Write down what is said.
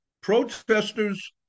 protesters